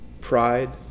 pride